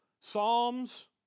Psalms